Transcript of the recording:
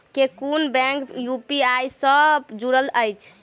केँ कुन bank UPI सँ जुड़ल अछि?